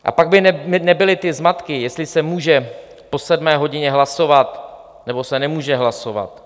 A pak by nebyly zmatky, jestli se může po sedmé hodině hlasovat, nebo se nemůže hlasovat.